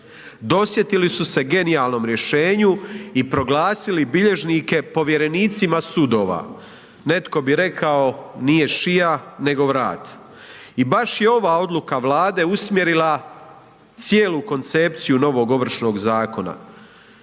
Dosjetili su se genijalnom rješenju i proglasili bilježnike povjerenicima sudova, netko bi rekao nije šija nego vrat, i baš je ova odluka Vlade usmjerila cijelu koncepciju novog Ovršnog zakona